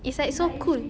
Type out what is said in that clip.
it's like so cool